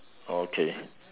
oh okay